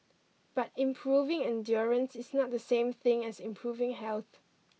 but improving endurance is not the same thing as improving health